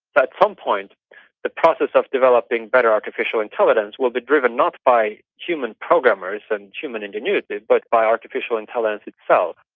but some point the process of developing better artificial intelligence will be driven not by human programmers and human ingenuity but by artificial intelligence itself.